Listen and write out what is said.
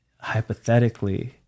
hypothetically